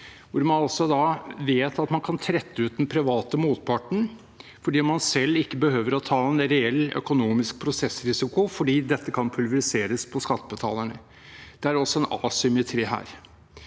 hvor man altså vet at man kan trette ut den private motparten fordi man selv ikke behøver å ta en reell økonomisk prosessrisiko, fordi dette kan pulveriseres på skattebetalerne. Det er altså en asymmetri her.